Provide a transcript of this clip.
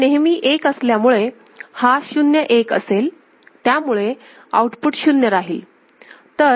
हा नेहमी एक असल्यामुळे हा 0 1 असेल त्यामुळे आउटपुट शून्य राहील